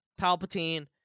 Palpatine